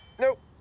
Nope